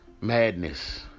Madness